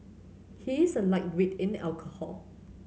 he is a lightweight in alcohol